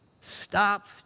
stop